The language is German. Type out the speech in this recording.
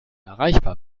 erreichbar